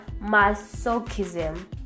masochism